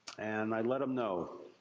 and i let him know.